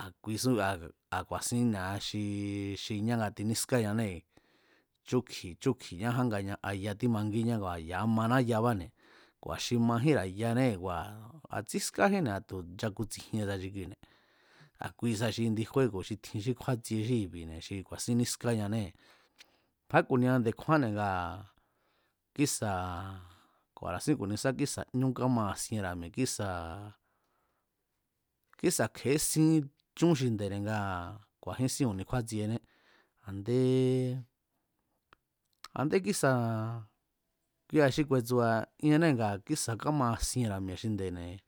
a̱ kuisú a̱ ku̱a̱sín ni̱a xi xi ña nga tinískáñanée̱, te̱ chúkji̱i̱ chúkji̱ñáján, ngaña'a ya tímangíñá ngua̱ ya̱a mana yabáne̱ kua̱ xi majínra̱ yanée̱ ngua̱ a tsískájínne̱ tu̱ nchakutsijiensa xi kuine̱ a̱ kuisa xi indi júégo̱ xi jin xí kjúátsie xí i̱bi̱ne̱ xi ku̱a̱sín nískañanée̱. Sá ku̱nia nde̱kjúanne̱ ngaa̱ kísa̱ ku̱a̱ra̱sín ku̱nisa kísa̱ ñú kámaasienra̱ mi̱e̱ kísa̱, kísa̱ kje̱ésín chún xinde̱ne̱ ngaa̱ ku̱a̱jínsín ku̱ni kjúátsiené a̱ndé, a̱ndé kísa̱ kuia̱ xi ku̱e̱tsu̱a̱ iennée̱ ngaa̱ kísa̱ kámaasienra̱ mi̱e̱ xinde̱ne̱ kíkje̱e